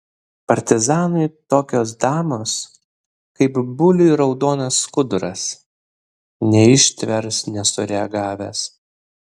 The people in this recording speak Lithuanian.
partizanui tokios damos kaip buliui raudonas skuduras neištvers nesureagavęs